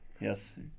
Yes